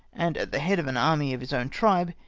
and at the head of an army of his own tribe,